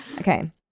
Okay